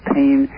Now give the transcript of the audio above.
pain